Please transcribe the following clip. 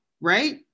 right